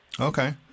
Okay